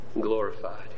glorified